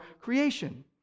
creation